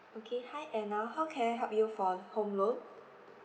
okay hi anna how can I help you for home loan